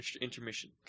intermission